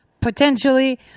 Potentially